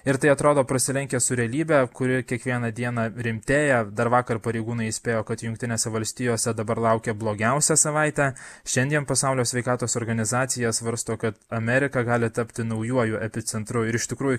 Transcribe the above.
ir tai atrodo prasilenkia su realybe kuri kiekvieną dieną rimtėja dar vakar pareigūnai įspėjo kad jungtinėse valstijose dabar laukia blogiausia savaitė šiandien pasaulio sveikatos organizacija svarsto kad amerika gali tapti naujuoju epicentru ir iš tikrųjų